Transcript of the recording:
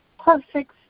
perfect